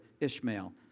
Ishmael